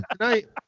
tonight